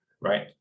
right